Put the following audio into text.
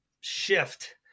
shift